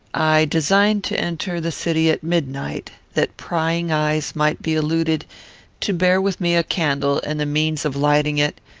i designed to enter the city at midnight, that prying eyes might be eluded to bear with me a candle and the means of lighting it,